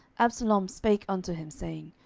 absalom spake unto him, saying,